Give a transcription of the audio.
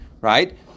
right